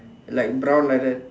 like brown like that